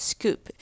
Scoop